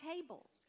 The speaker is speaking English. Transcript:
tables